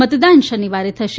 મતદાન શનિવારે થશે